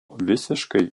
visiškai